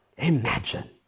Imagine